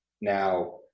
now